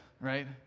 right